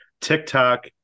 tiktok